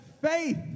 faith